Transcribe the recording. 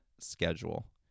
schedule